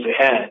ahead